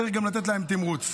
צריך לתת להם גם תמריץ,